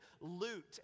loot